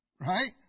right